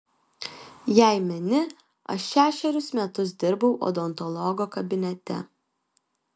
jei meni aš šešerius metus dirbau odontologo kabinete